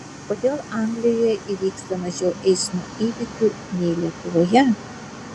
kodėl anglijoje įvyksta mažiau eismo įvykių nei lietuvoje